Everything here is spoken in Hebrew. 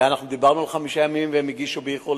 אנחנו דיברנו על חמישה ימים והם הגישו באיחור,